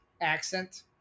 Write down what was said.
accent